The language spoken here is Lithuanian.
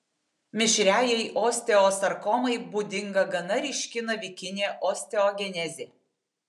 mišriajai osteosarkomai būdinga gana ryški navikinė osteogenezė